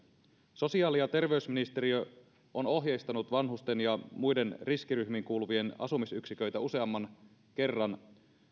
sosiaali ja terveysministeriö on ohjeistanut vanhusten ja muiden riskiryhmiin kuuluvien asumisyksiköitä useamman kerran